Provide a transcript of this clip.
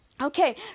Okay